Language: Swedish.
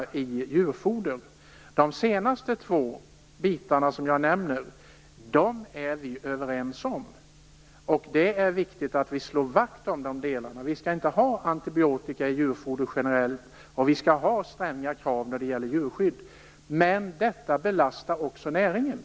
Vi är överens om dessa typer av krav, och det är viktigt att vi slår vakt om dem. Vi skall generellt inte ha antibiotika i djurfoder, och vi skall ha stränga krav på djurskyddet. Men detta belastar också näringen.